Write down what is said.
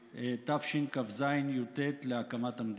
תשכ"ז, י"ט להקמת המדינה.